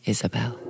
Isabel